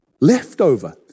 leftover